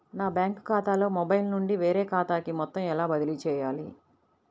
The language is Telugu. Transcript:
నా బ్యాంక్ ఖాతాలో మొబైల్ నుండి వేరే ఖాతాకి మొత్తం ఎలా బదిలీ చేయాలి?